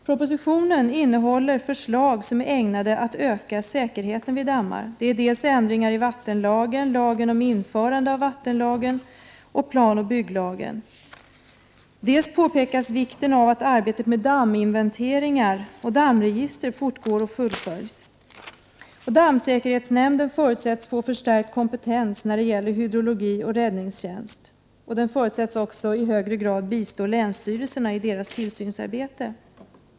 Propositionen innehåller förslag ägnade att öka säkerheten vid dammar: dels föreslås ändringar i vattenlagen, i lagen om införande av vattenlagen och i planoch bygglagen, dels påpekas vikten avatt Prot. 1988/89:125 arbetet med damminventeringar och dammregister fortgår och fullföljs. 31 maj 1989 Dammsäkerhetsnämnden förutsätts få förstärkt kompetens när det gäller R fr Vissa dammsäkerhets hydrologi och räddningstjänst. Den förutsätts också i hög grad bistå = ö ö dT år RE och vattenkraftsfrågor, länsstyrelserna i deras tillsynsarbete.